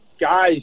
guys